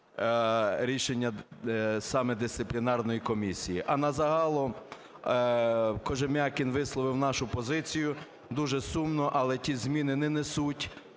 рішення саме дисциплінарної комісії. А на загал, Кожем'якін висловив нашу позицію. Дуже сумно, але ті зміни не несуть